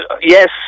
Yes